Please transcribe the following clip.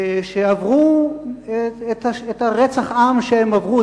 שעברו את רצח העם שהם עברו.